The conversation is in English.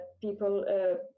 people